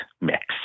mix